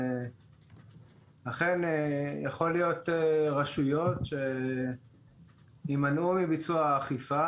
אכן יכול להיות רשויות שיימנעו מביצוע האכיפה,